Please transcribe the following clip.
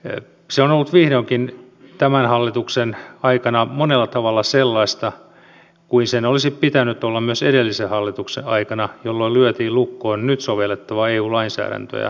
se on ollut vihdoinkin tämän hallituksen aikana monella tavalla sellaista kuin sen olisi pitänyt olla myös edellisen hallituksen aikana jolloin lyötiin lukkoon nyt sovellettava eu lainsäädäntö ja myös tukitasot